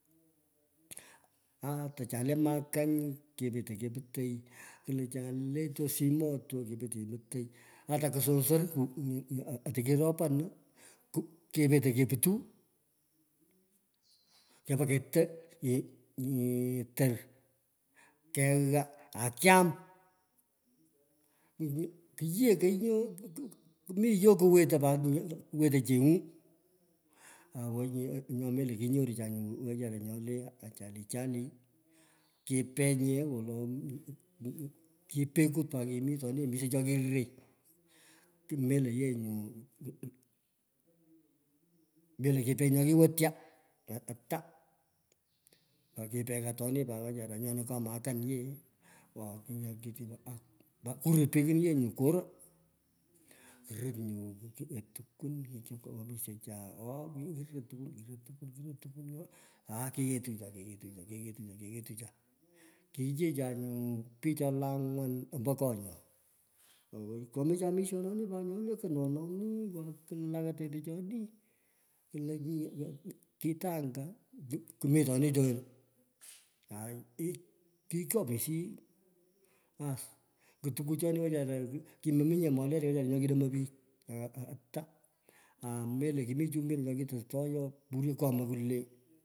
Aaata cha le makany, kepetei kepotoi, kolo cha le tosimotwo kepetei keputoi, ata ksosor oti kiropin, kepatei keptuu kepa keto yi nyi tor, keghaa akyam. Kiyekoi nyu, komi yoo kowotei pat, wetei cheng’u. Owoi nyu, nyu melo kinyorucha nyu wechara nye lo ajali ajali. Kipech nye wolo, kip kipekut pat, kimitoni omisho cho kiriro. Melo yee nyu bila kipech nyo kiwoo ta ata. Nyo kipekatana pat wechara, nyona komakan yee. kurepekin yee nyu koro, korir nyu tukwuum oo omisecha, oo, kiruro tokwun, kiruro tokwun kiroro tukwun ai, keyetocha, keyetocha, keyotocha. Keiyee cha nyo pich cho le angwan ombo konyo owoi koomecha pat mishononi pat nyoni le kolo kito anga, komitoni tyonyine. aai. Kikyomishiyi, aas, kutokochoni wechara, kiumominye moleria wechara nyo kinomoi pich, ata, aa melo kimi chimbino cho kitostoi oo, puryo kyomoi kwulee.